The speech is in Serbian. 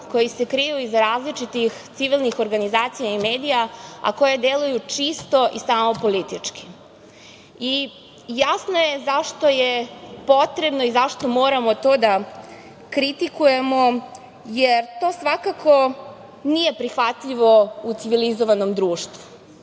koji se kriju iza različitih civilnih organizacija i medija, a koje deluju čisto i samo politički. Jasno je zašto je potrebno i zašto moramo to da kritikujemo, jer to svakako nije prihvatljivo u civilizovanom društvu. Ovaj